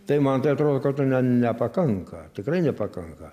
tai man tai atrodo kad to ne nepakanka tikrai nepakanka